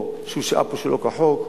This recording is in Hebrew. או שהוא שהה פה שלא כחוק,